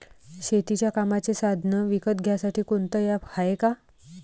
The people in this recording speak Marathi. शेतीच्या कामाचे साधनं विकत घ्यासाठी कोनतं ॲप हाये का?